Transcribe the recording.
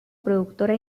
productora